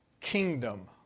kingdom